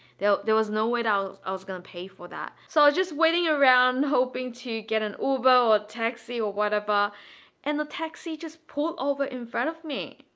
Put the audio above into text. there there was no way that i was gonna pay for that so i just waiting around hoping to get an uber or taxi or whatever and the taxi just pulled over in front of me.